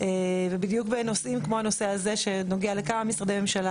ובדיוק בנושאים כמו הנושא הזה שנוגע לכמה משרדי ממשלה